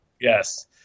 Yes